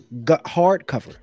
hardcover